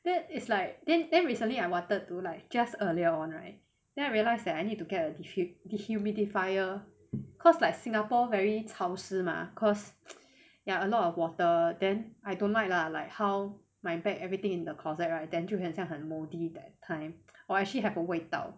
that is like then then recently I wanted to like just earlier on right then I realised that I need to get diffu~ di~ humidifier cause like singapore very 潮湿 mah cause ya a lot of water then I don't like lah like how my bag everything in the closet right then 就很像很 mouldy that kind or actually have a 味道